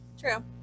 True